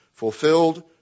Fulfilled